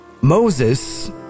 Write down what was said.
Moses